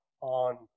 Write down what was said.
on